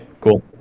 cool